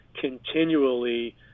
continually